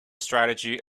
strategy